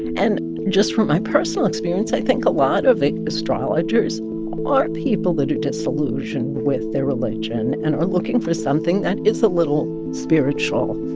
and just from my personal experience, i think a lot of astrologers are people that are disillusioned with their religion and are looking for something that is a little spiritual,